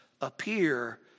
appear